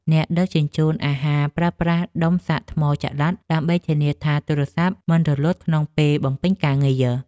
អ្នកដឹកជញ្ជូនអាហារប្រើប្រាស់ដុំសាកថ្មចល័ត ដើម្បីធានាថាទូរសព្ទមិនរលត់ក្នុងពេលបំពេញការងារ។